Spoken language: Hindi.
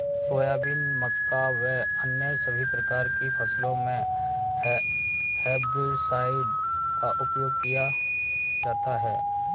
सोयाबीन, मक्का व अन्य सभी प्रकार की फसलों मे हेर्बिसाइड का उपयोग किया जाता हैं